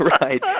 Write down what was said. right